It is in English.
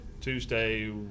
Tuesday